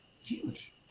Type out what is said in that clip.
Huge